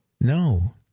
No